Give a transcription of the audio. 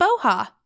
BOHA